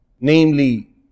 namely